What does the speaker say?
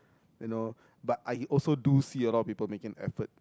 you know but I also do see a lot of people making effort